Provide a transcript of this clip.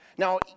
Now